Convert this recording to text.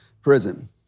Prison